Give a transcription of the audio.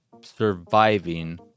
surviving